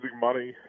money